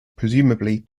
presumably